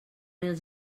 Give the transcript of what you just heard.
els